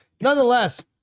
Nonetheless